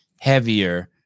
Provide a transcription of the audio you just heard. heavier